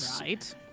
Right